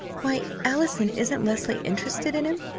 why, allison, isn't leslie interested in him?